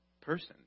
person